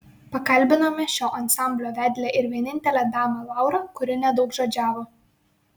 pakalbinome šio ansamblio vedlę ir vienintelę damą laurą kuri nedaugžodžiavo